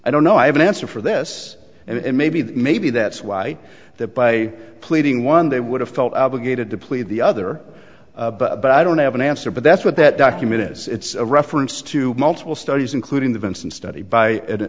i don't know i have an answer for this and it may be that maybe that's why that by pleading one they would have felt obligated to plead the other but i don't have an answer but that's what that document is it's a reference to multiple studies including the vinson study by an